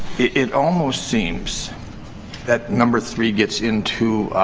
it almost seems that number three gets into